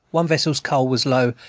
one vessel's coal was low,